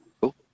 Cool